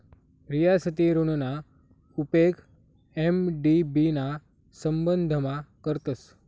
रियासती ऋणना उपेग एम.डी.बी ना संबंधमा करतस